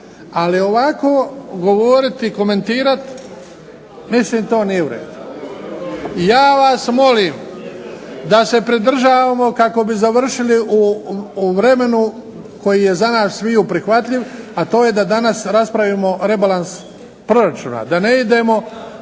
Ali ovako govoriti i komentirati, mislim to nije u redu. Ja vas molim da se pridržavamo kako bi završili u vremenu koji je za nas sviju prihvatljiv, a to je da danas raspravimo rebalans proračuna. Da ne idemo